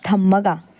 ꯊꯝꯃꯒ